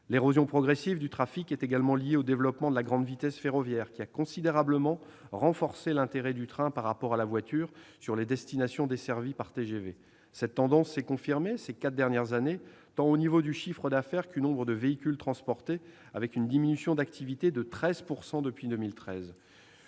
L'érosion progressive du trafic est également liée au développement de la grande vitesse ferroviaire, qui a considérablement renforcé l'intérêt du train par rapport à la voiture pour les destinations desservies par TGV. Cette tendance s'est confirmée au cours des quatre dernières années, qu'il s'agisse du chiffre d'affaires ou du nombre de véhicules transportés, avec une diminution d'activité de 13 % depuis 2013.